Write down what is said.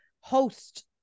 host